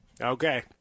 Okay